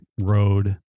road